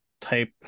type